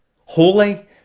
Holy